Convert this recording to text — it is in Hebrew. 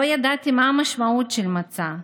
לא ידעתי מה המשמעות של מצה,